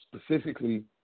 Specifically